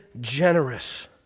generous